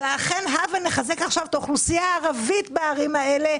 אז הבה נחזק עכשיו את האוכלוסייה הערבית בערים האלו,